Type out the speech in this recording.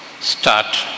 Start